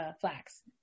flax